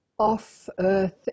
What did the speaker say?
off-earth